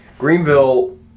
Greenville